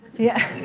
yeah.